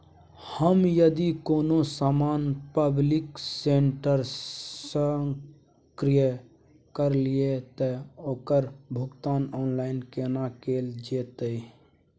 हम यदि कोनो सामान पब्लिक सेक्टर सं क्रय करलिए त ओकर भुगतान ऑनलाइन केना कैल जेतै?